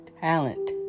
talent